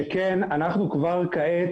שכן אנחנו כבר כעת,